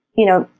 you know,